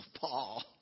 Paul